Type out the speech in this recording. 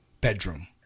bedroom